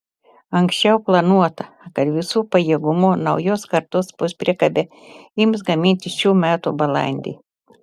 anksčiau planuota kad visu pajėgumu naujos kartos puspriekabę ims gaminti šių metų balandį